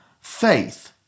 faith